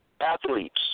athletes